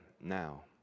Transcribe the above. now